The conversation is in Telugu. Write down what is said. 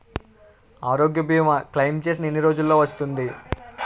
ఆరోగ్య భీమా క్లైమ్ చేసిన ఎన్ని రోజ్జులో వస్తుంది?